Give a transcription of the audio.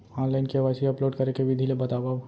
Online KYC upload करे के विधि ला बतावव?